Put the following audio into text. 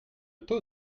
taux